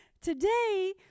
today